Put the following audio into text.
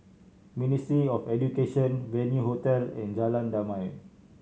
Ministry of Education Venue Hotel and Jalan Damai